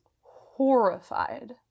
horrified